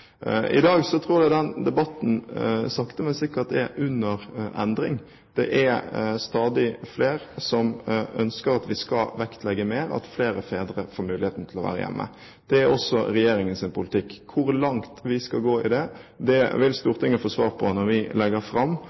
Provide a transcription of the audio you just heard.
I dag tror jeg den debatten sakte, men sikkert er under endring. Det er stadig flere som ønsker at vi skal vektlegge mer at flere fedre får muligheten til å være hjemme. Det er også regjeringens politikk. Hvor langt vi skal gå med det vil Stortinget få svar på når vi legger fram